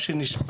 זה לא מצב סביר.